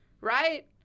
right